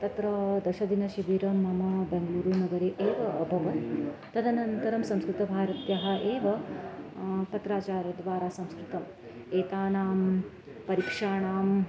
तत्र दशदिनशिबिरं मम बेङ्गलूरुनगरे एव अभवत् तदनन्तरं संस्कृतभारत्याः एव पत्राचारद्वारा संस्कृतम् एतानां परीक्षाणाम्